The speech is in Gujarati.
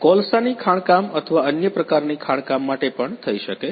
કોલસાની ખાણકામ અથવા અન્ય પ્રકારની ખાણકામ માટે પણ થઇ શકે છે